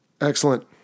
excellent